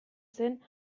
zen